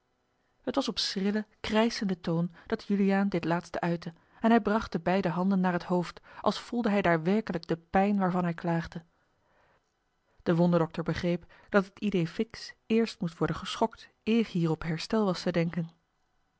het was op schrillen krijschenden toon dat juliaan dit laatste uitte en hij bracht de beide handen naar het hoofd als voelde hij daar werkelijk de pijn waarvan hij klaagde de wonderdokter begreep dat het idée fixe eerst moest worden geschokt eer hier op herstel was te denken